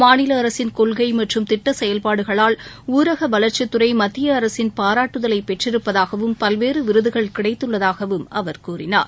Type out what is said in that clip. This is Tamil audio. மாநில அரசின் கொள்கை மற்றும் திட்ட செயல்பாடுகளால் ஊரக வளர்ச்சித் துறை மத்திய அரசின் பாராட்டுதலை பெற்றிருப்பதாகவும் பல்வேறு விருதுகள் கிடைத்துள்ளதாகவும் அவர் கூறினார்